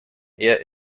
eher